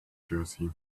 jersey